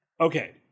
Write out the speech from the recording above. Okay